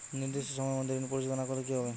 নির্দিষ্ট সময়ে মধ্যে ঋণ পরিশোধ না করলে কি হবে?